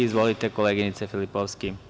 Izvolite, koleginice Filipovski.